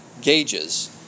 gauges